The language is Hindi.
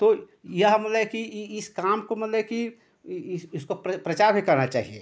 तो यह मतलब कि इस काम को मतलब कि इस इसका प्रचार भी करना चाहिए